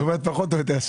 פחות או יותר.